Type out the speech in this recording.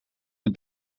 the